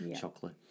Chocolate